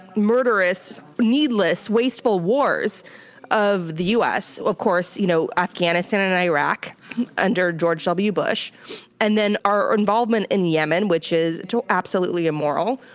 murderous, needless, wasteful wars of the us, of course, you know afghanistan and iraq under george w. bush and then our involvement in yemen, which is absolutely immoral.